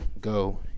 go